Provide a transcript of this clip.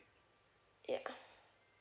ya